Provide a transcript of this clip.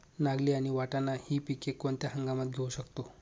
नागली आणि वाटाणा हि पिके कोणत्या हंगामात घेऊ शकतो?